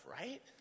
right